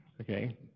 okay